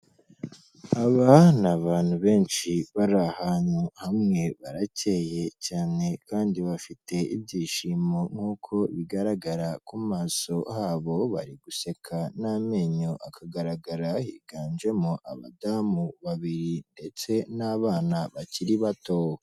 Aba ni abantu benshi bari ahantu hamwe, baracye cyane kandi bafite ibyishimo nk'uko bigaragara ku maso habo, bari guseka n'amenyo akagaragara, higanjemo abadamu babiri ndetse n'abana bakiri bato.